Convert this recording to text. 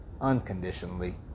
unconditionally